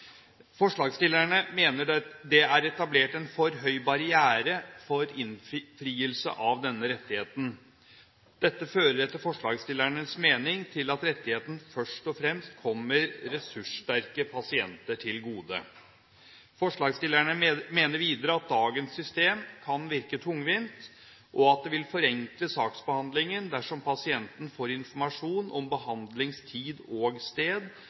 Forslagsstillerne mener det er etablert en for høy barriere for innfrielse av denne rettigheten. Dette fører etter forslagsstillernes mening til at rettigheten først og fremst kommer ressurssterke pasienter til gode. Forslagsstillerne mener videre at dagens system kan virke tungvint, og at det vil forenkle saksbehandlingen dersom pasienten får informasjon om behandlingstid og